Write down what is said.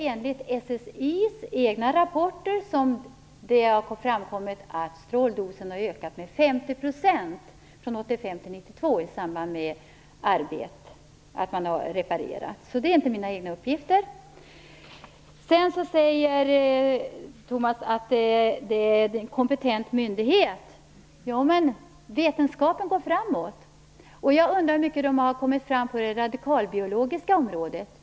Enligt SSI:s egna rapporter har det framkommit att stråldosen har ökat med 50 % från 1985 till 1992 i samband med reparationsarbeten, så det är inte mina egna uppgifter. Håkan Juholt säger att SSI är en kompetent myndighet. Ja, men vetenskapen går framåt. Jag undrar hur långt de har kommit på det radikalbiologiska området.